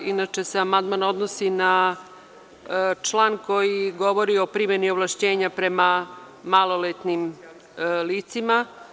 Amandman se odnosi na član koji govori o primeni ovlašćenja prema maloletnim licima.